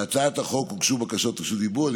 להצעת החוק הוגשו בקשות רשות דיבור.